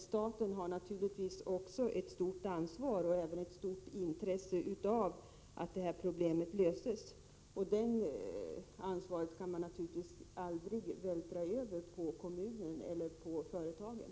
Staten har emellertid ett stort ansvar och även ett stort intresse av att problemet löses. Det ansvaret kan man aldrig vältra över på kommunen eller på företagen.